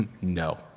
No